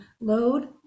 load